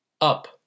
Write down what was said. Up